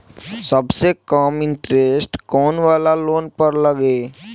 सबसे कम इन्टरेस्ट कोउन वाला लोन पर लागी?